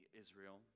Israel